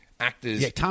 Actors